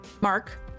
mark